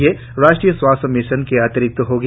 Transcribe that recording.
ये राष्ट्रीय स्वास्थ्य मिशन के अतिरिक्त होंगी